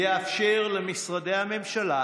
יאפשר למשרדי הממשלה